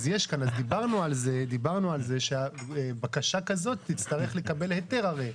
דיברנו על זה שבקשה כזאת תצטרך לקבל היתר הרי.